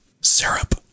Syrup